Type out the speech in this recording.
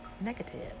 negative